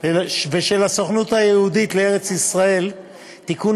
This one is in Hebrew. ושל הסוכנות היהודית לארץ-ישראל (תיקון,